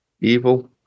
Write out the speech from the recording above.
evil